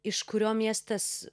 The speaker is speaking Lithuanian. iš kurio miestas